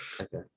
Okay